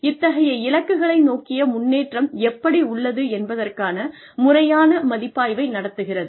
இத்தகைய இலக்குகளை நோக்கிய முன்னேற்றம் எப்படி உள்ளது என்பதற்கான முறையான மதிப்பாய்வை நடத்துகிறது